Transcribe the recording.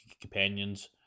companions